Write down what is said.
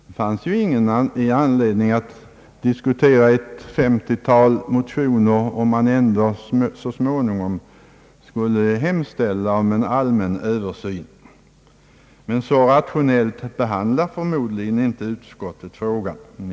Det finns ju ingen anledning för utskottet att diskutera ett 50-tal motioner, om utskottet ändå så småningom tillstyrker en hemställan om en allmän översyn. Men så rationellt behandlar utskottet förmodligen inte denna fråga.